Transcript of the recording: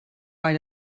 bei